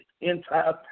entire